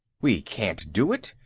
we can't do it.